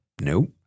No